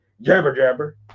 jabber-jabber